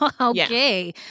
Okay